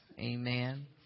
amen